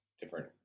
different